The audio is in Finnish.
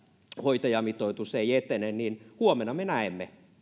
hoitajamitoitus ei etene niin huomenna me näemme